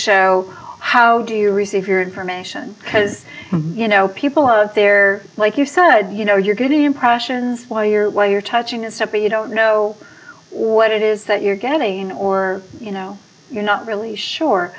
show how do you receive your information because you know people out there like you said you know you're getting impressions while you're while you're touching a step but you don't know what it is that you're getting or you know you're not really sure